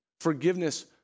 Forgiveness